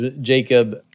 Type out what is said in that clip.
Jacob